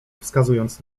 wskazując